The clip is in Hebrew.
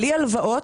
בלי הלוואות,